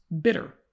bitter